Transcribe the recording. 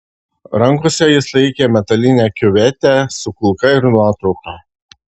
rankose jis laikė metalinę kiuvetę su kulka ir nuotrauką